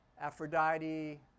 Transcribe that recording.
Aphrodite